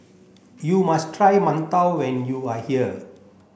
you must try Mantou when you are here